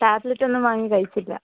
tablet ഒന്നും വാങ്ങി കഴിച്ചില്ല